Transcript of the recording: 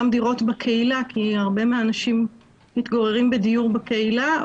גם דירות בקהילה כי הרבה מן האנשים מתגוררים בדיור בקהילה,